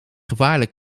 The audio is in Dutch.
gevaarlijk